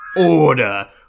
Order